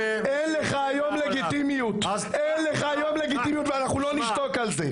אין לך היום לגיטימיות ואנחנו לא נשתוק על זה.